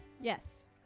Yes